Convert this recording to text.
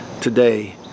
today